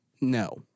No